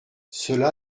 cela